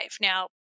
Now